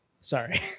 Sorry